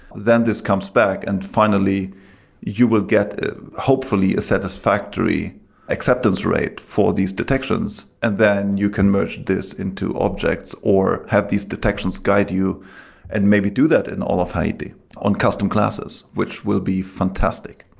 then this comes back and finally you will get hopefully a satisfactory acceptance rate for these detections, and then you can merge this into objects or have these detections guide you and maybe do that in all of haiti on custom classes, which will be fantastic.